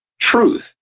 truth